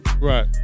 Right